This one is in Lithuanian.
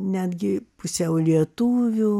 netgi pusiau lietuvių